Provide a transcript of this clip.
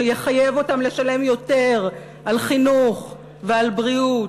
שיחייב אותם לשלם יותר על חינוך ועל בריאות,